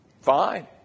fine